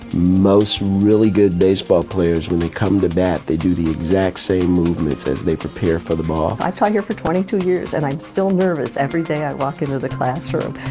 most really good baseball players, when they come to bat, they do the exact same movements as they prepare for the ball. i've taught here for twenty two years, and i'm still nervous every day i walk into the classroom.